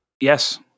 Yes